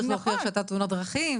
צריך להוכיח שהייתה תאונת דרכים.